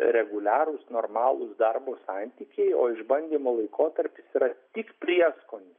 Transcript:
reguliarūs normalūs darbo santykiai o išbandymo laikotarpis yra tik prieskonis